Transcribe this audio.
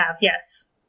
yes